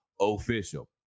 official